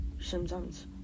symptoms